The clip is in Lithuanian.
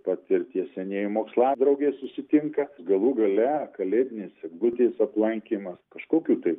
patirt tie senieji moksladraugiai susitinka galų gale kalėdinės eglutės aplankymas kažkokių tai